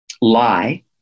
Lie